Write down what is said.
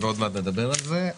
תכף נדבר על זה.